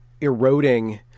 eroding